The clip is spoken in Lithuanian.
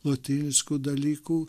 lotyniškų dalykų